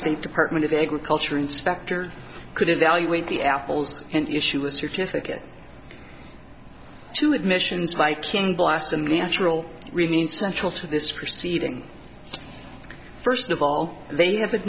state department of agriculture inspector could evaluate the apples and issue a certificate to admissions viking blasts the natural remain central to this proceeding first of all they have